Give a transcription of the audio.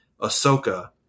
Ahsoka